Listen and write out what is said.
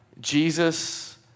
Jesus